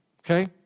Okay